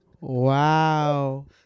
Wow